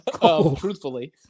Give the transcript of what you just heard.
Truthfully